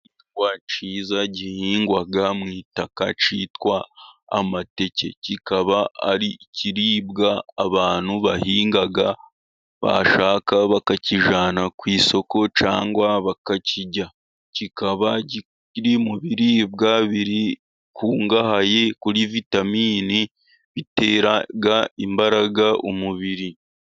Igihingwa cyiza gihingwa mu ita kitwa amateke kikaba ari ikiribwa abantu bahinga, bashaka bakakijyana ku isoko cyangwa bakakirya, kikaba kiri mu biribwa bikungahaye kuri vitamini bitera imbaraga umubiri.